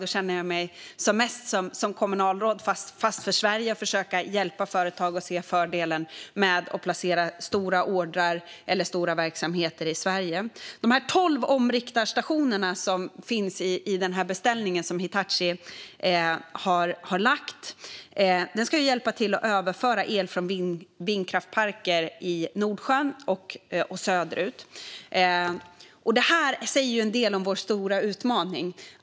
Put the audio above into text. Då känner jag mig mest som ett kommunalråd, fast för Sverige, och försöker hjälpa företag att se fördelen med att placera stora order eller verksamheter i Sverige. De tolv omriktarstationerna som finns i beställningen som Hitachi har lagt ska hjälpa till att överföra el från vindkraftsparker i Nordsjön och söderut. Det säger en del om vår stora utmaning.